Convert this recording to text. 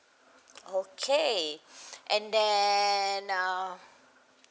okay and then err